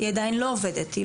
היא עדיין לא עובדת, נכון?